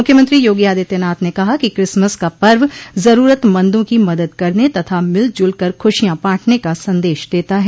मुख्यमंत्री योगी आदित्यनाथ ने कहा कि क्रिसमस का पर्व जरूरतमंदों की मदद करने तथा मिलजुल कर खुशिया बांटने का संदेश देता है